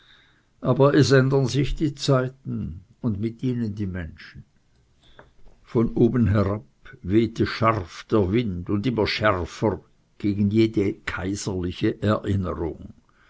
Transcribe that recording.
aber es ändern sich die zeiten und mit ihnen die menschen von oben herab wehte scharf der wind und immer schärfer gegen jede kaiserliche erinnerung